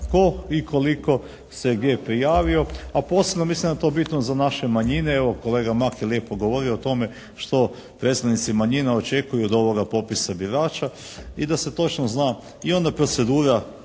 tko i koliko se je gdje prijavio. A posebno mislim da je to bitno za naše manjine. Evo kolega Mak je lijepo govorio o tome što predstavnici manjina očekuju od ovoga popisa birača. I da se točno zna. I onda procedura